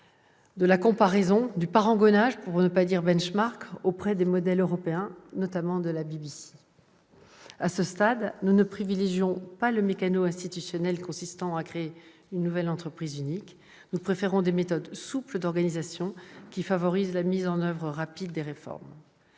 simplement issue du parangonnage- pour ne pas dire du -que nous avons effectué auprès des modèles européens, notamment de la BBC. À ce stade, nous ne privilégions pas le meccano institutionnel consistant à créer une nouvelle entreprise unique. Nous préférons des méthodes souples d'organisation, qui favoriseraient la mise en oeuvre rapide des réformes.